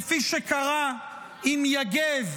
כפי שקרה עם יגב,